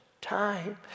time